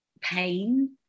pain